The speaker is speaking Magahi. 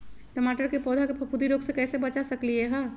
टमाटर के पौधा के फफूंदी रोग से कैसे बचा सकलियै ह?